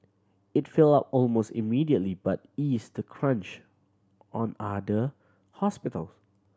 it filled up almost immediately but eased the crunch on other hospitals